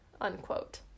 unquote